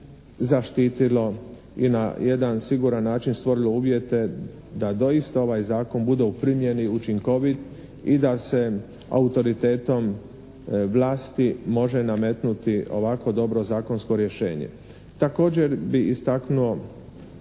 zaštitilo i na jedan siguran način stvorilo uvjete da doista ovaj Zakon bude u primjeni, učinkovit i da se autoritetom vlasti može nametnuti ovako dobro zakonsko rješenje. Također bi istaknuo